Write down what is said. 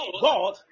God